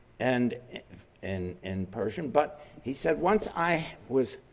and in in persian, but he said once i was